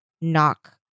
knock